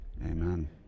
amen